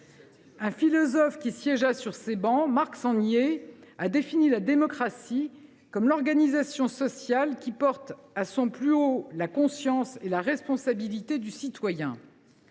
Un philosophe qui siégea sur ces bancs, Marc Sangnier, a défini la démocratie comme “l’organisation sociale qui porte à son plus haut la conscience et la responsabilité du citoyen”.